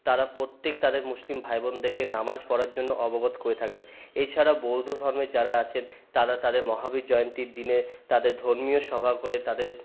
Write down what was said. তারা প্রত্যেকে তাদের মুসলিম ভাই বোনদেরকে নামাজ পড়ার জন্য অবগত করে থাকেন এই ছাড়া বৌদ্ধ ধর্মের যারা আছেন তারা তাদের মহাবীর জয়ন্তীর দিনে তাদের ধর্মীয় সভা করে তাদের